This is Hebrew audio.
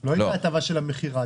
לא ההטבה של המכירה.